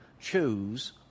choose